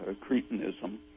cretinism